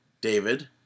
David